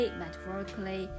metaphorically